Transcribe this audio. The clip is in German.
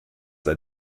sei